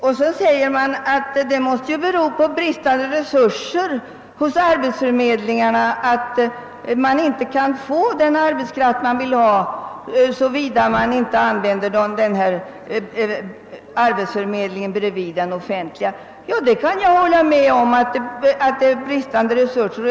: Vidare sägs det att det måste bero på de offentliga arbetsförmedlingarnas bristande resurser att tillhandahålla den arbetskraft : man: vill ha, om man an vänder den arbetsförmedling som finns bredvid den offentliga. Jag kan hålla med om att det föreligger brist på resurser.